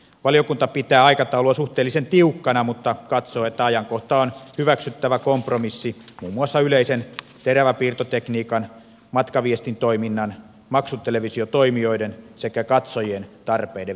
valiokunta pitää aikataulua suhteellisen tiukkana mutta katsoo että ajankohta on hyväksyttävä kompromissi muun muassa yleisen teräväpiirtotekniikan matkaviestintoiminnan maksutelevisiotoimijoiden sekä katsojien tarpeiden välillä